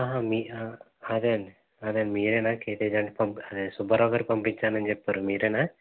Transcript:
మీ అదే అండి అదే మీరేనా కేటి గారు పంపి సుబ్బారావు పంపించాను అని చెప్పారు మీరేనా